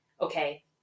okay